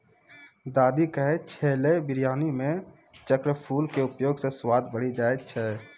दादी कहै छेलै बिरयानी मॅ चक्रफूल के उपयोग स स्वाद बढ़ी जाय छै